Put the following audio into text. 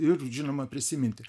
ir žinoma prisiminti